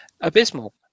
abysmal